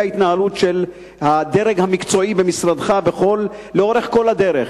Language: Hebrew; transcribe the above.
ההתנהלות של הדרג המקצועי במשרדך לאורך כל הדרך,